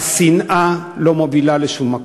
השנאה לא מובילה לשום מקום.